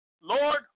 Lord